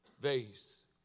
vase